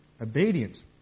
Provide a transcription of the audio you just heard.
obedient